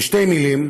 בשתי מילים,